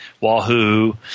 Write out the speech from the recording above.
Wahoo